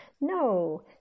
No